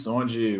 onde